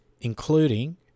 including